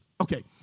Okay